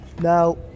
Now